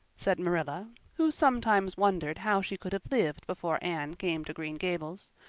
said marilla, who sometimes wondered how she could have lived before anne came to green gables,